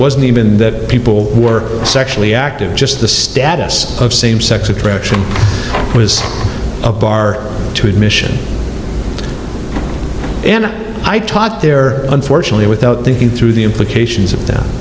wasn't even that people were sexually active just the status of same sex attraction was to admission and i taught there unfortunately without thinking through the implications of